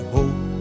Hope